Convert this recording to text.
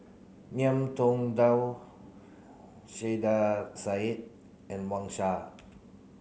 Ngiam Tong Dow Saiedah Said and Wang Sha